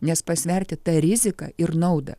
nes pasverti tą riziką ir naudą